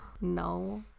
No